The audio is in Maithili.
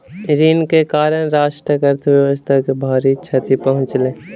ऋण के कारण राष्ट्रक अर्थव्यवस्था के भारी क्षति पहुँचलै